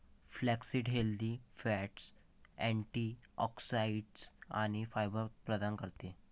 flaxseed healthy fats, antioxidants आणि fibre प्रदान करते